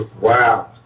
Wow